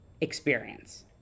experience